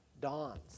dawns